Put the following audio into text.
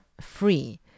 free